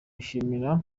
yishimira